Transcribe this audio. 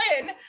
win